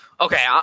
Okay